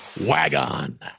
WagOn